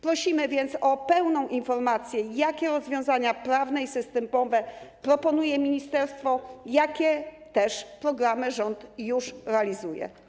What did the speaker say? Prosimy więc o pełną informację, jakie rozwiązania prawne i systemowe proponuje ministerstwo, jakie też programy rząd już realizuje.